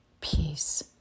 Peace